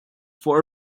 for